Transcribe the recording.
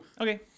Okay